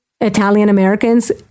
Italian-Americans